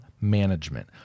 management